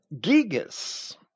gigas